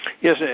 Yes